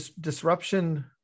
disruption